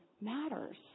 matters